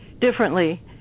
differently